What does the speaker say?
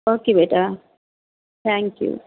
okay ਬੇਟਾ thank you